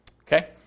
okay